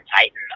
Titan